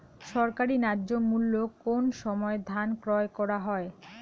সরকারি ন্যায্য মূল্যে কোন সময় ধান ক্রয় করা হয়?